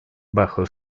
bajo